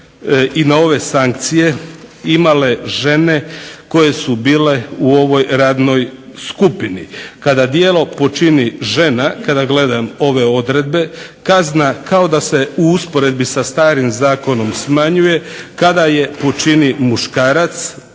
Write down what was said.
i na ove sankcije imale žene koje su bile u ovoj radnoj skupini. Kada djelo počini žena kada gledam ove odredbe, kazna kao da se u usporedbi sa starim Zakonom smanjuje, kada je počini muškarac